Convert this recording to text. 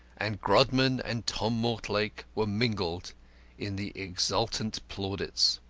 and grodman and tom mortlake were mingled in the exultant plaudits.